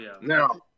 Now